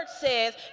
says